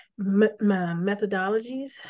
methodologies